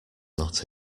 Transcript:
not